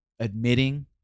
admitting